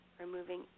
removing